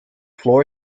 floor